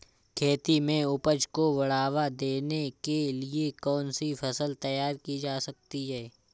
खेती में उपज को बढ़ावा देने के लिए कौन सी फसल तैयार की जा सकती है?